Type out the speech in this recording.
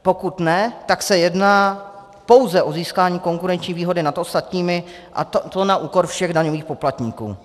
Pokud ne, tak se jedná pouze o získání konkurenční výhody nad ostatními, a to na úkor všech daňových poplatníků.